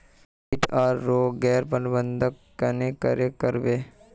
किट आर रोग गैर प्रबंधन कन्हे करे कर बो?